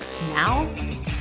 Now